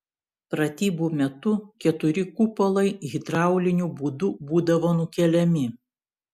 pratybų metu keturi kupolai hidrauliniu būdu būdavo nukeliami